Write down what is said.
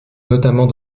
notamment